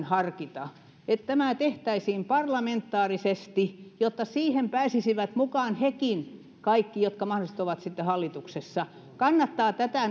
harkita että tämä tehtäisiin parlamentaarisesti jotta siihen pääsisivät mukaan hekin kaikki jotka mahdollisesti ovat sitten hallituksessa kannattaa tätä